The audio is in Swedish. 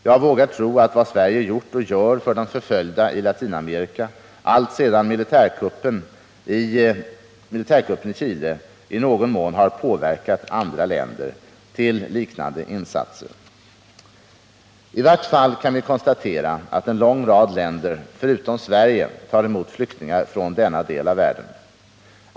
Jag vågar tro att vad Sverige gjort och gör för de förföljda i Latinamerika alltsedan militärkuppen i Chile i någon mån har påverkat andra länder till liknande insatser. I vart fall kan vi konstatera att en lång rad länder förutom Sverige tar emot flyktingar från denna del av världen.